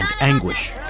anguish